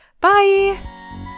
Bye